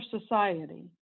society